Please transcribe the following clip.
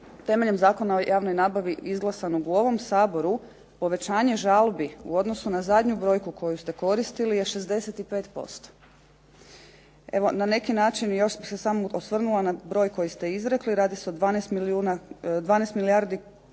temeljem Zakona o javnoj nabavi izglasanog u ovom Saboru povećanje žalbi u odnosu na zadnju brojku koju ste koristili je 65%. Evo na neki način još bih se samo osvrnula na broj koji ste izrekli. Radi se o 12 milijardi kuna